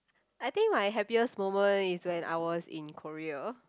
I think my happiest moment is when I was in Korea